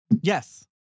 Yes